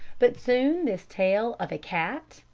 but soon this tale of a cat,